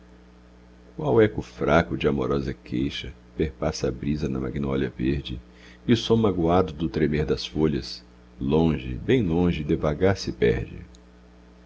dela qual eco fraco de amorosa queixa perpassa a brisa na magnólia verde e o som magoado do tremer das folhas longe bem longe devagar se perde